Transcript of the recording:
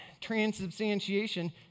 transubstantiation